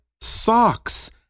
socks